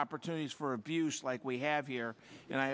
opportunities for abuse like we have here and i